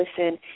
listen